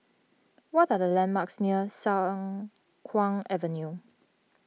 what are the landmarks near Siang Kuang Avenue